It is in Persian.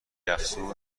افزود